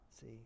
See